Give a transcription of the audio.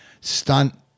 stunt